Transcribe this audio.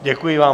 Děkuji vám.